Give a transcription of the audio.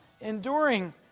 enduring